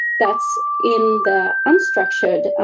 that's in the unstructured.